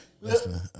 Listen